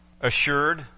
assured